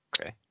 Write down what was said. okay